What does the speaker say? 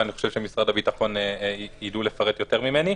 ואני חושב שמשרד הביטחון ידעו לפרט יותר ממני.